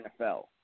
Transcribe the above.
NFL